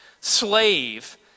slave